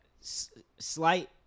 slight